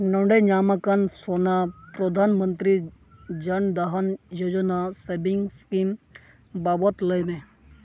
ᱱᱚᱰᱮ ᱧᱟᱢᱟᱠᱟᱱ ᱥᱳᱱᱟ ᱯᱨᱚᱫᱷᱟᱱᱢᱚᱱᱛᱨᱤ ᱡᱚᱱ ᱫᱚᱦᱚᱱ ᱡᱳᱡᱳᱱᱟ ᱥᱮᱵᱤᱝᱥ ᱥᱠᱤᱢ ᱵᱟᱵᱚᱛ ᱞᱟᱹᱭᱢᱮ